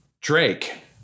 Drake